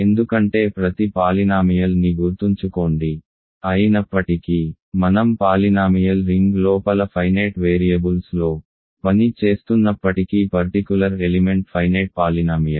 ఎందుకంటే ప్రతి పాలినామియల్ ని గుర్తుంచుకోండి అయినప్పటికీ మనం పాలినామియల్ రింగ్ లోపల ఫైనేట్ వేరియబుల్స్లో పని చేస్తున్నప్పటికీ పర్టికులర్ ఎలిమెంట్ ఫైనేట్ పాలినామియల్